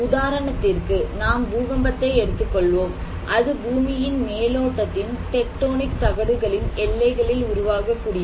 உதாரணத்திற்கு நாம் பூகம்பத்தை எடுத்துக்கொள்வோம் அது பூமியின் மேலோட்டத்தின் டெக்டோனிக் தகடுகளின் எல்லைகளில் உருவாகக்கூடியது